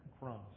cross